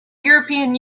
european